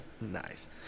Nice